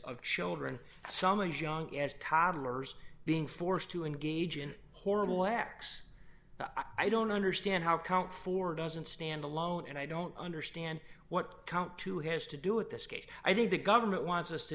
of children some as young as toddlers being forced to engage in horrible acts i don't understand how count four doesn't stand alone and i don't understand what count two has to do with this case i think the government wants us to